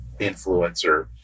influencer